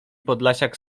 podlasiak